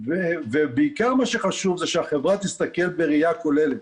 בעיקר מה שחשוב זה שהחברה תסתכל בראיה כוללת,